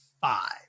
five